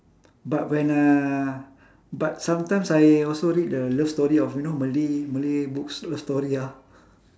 but when uh but sometimes I also read the love story of you know malay malay books love story ah